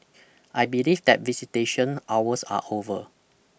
I believe that visitation hours are over